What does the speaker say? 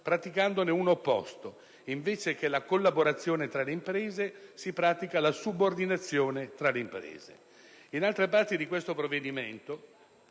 praticandone uno opposto: invece che la collaborazione tra le imprese si pratica cioè la subordinazione tra le imprese. In altre parti di questo provvedimento